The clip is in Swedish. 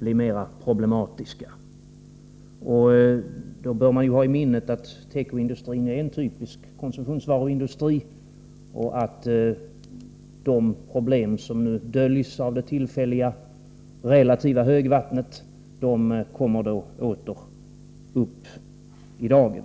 blir mer problematiska. Då bör man ha i minnet att tekoindustrin är en typisk konsumtionsvaruindustri och att de problem som nu döljs av det tillfälliga relativa högvattnet då åter kommer upp i dagen.